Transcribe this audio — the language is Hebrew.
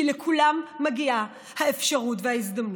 כי לכולם מגיעה האפשרות וההזדמנות.